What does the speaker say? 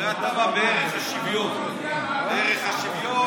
הרי אתה בעד ערך השוויון, ערך השוויון.